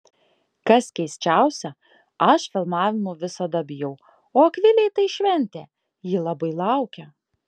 kas keisčiausia aš filmavimų visada bijau o akvilei tai šventė ji labai laukia